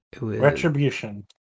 Retribution